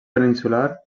peninsular